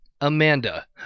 Amanda